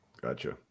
Gotcha